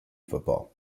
football